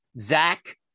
Zach